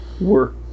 work